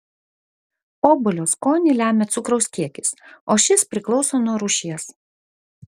obuolio skonį lemia cukraus kiekis o šis priklauso nuo rūšies